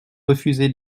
refusé